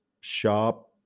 shop